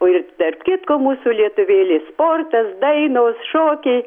o ir tarp kitko mūsų lietuvėlė sportas dainos šokiai